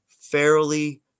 fairly